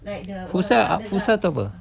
fusha fusha tu apa